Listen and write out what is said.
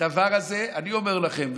אני אומר לכם,